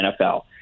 NFL